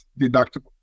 deductible